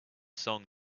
song